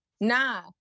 nah